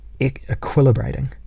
equilibrating